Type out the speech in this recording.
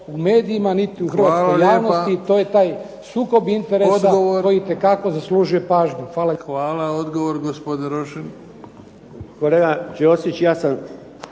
u medijima niti u Hrvatskoj javnosti to je taj sukob interesa koji itekako zaslužuje pažnju. **Bebić, Luka (HDZ)** Hvala. Odgovor gospodin Rošin. **Rošin, Jerko